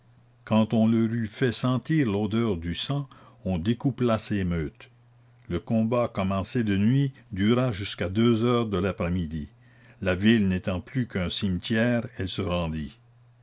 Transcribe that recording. quand on leur eut fait sentir l'odeur du sang on découpla ces meutes le combat commencé de nuit dura jusqu'à deux heures de l'après-midi la ville n'étant plus qu'un cimetière elle se rendit